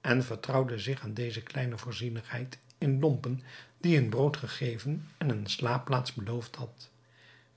en vertrouwden zich aan deze kleine voorzienigheid in lompen die hun brood gegeven en een slaapplaats beloofd had